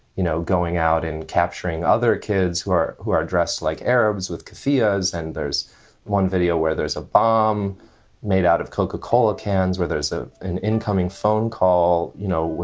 you know, going out and capturing other kids who are who are dressed like arabs with kofinas. and there's one video where there's a bomb made out of coca cola cans, where there's ah an incoming phone call, you know,